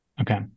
Okay